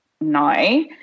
no